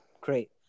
Great